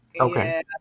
Okay